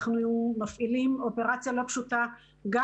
אנחנו מפעילים אופרציה לא פשוטה גם